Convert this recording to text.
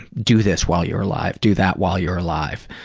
do this while you're alive, do that while you're alive,